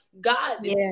God